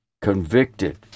convicted